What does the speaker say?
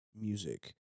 music